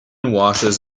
washes